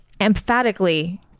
emphatically